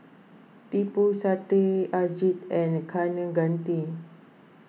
Tipu Satyajit and Kaneganti